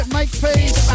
Makepeace